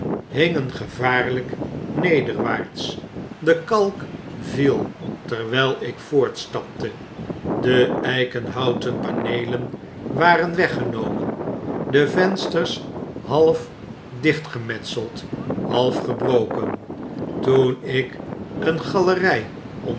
hingen gevaarlyk nederwaarts de kalk viel terwyl ik voortstapte de eikenhouten paneelen waren weggenomen de vensters half dichtgemetseld half gebroken toen ik een galery